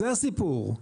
זה הסיפור.